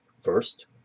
First